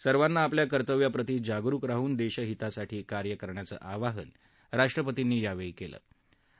सर्वांना आपल्या कर्तव्याप्रति जागरूक राहून दक्षिहितासाठी कार्य करण्याचं आवाहन राष्ट्रपतींनी यावही कल्त